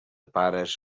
pares